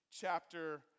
chapter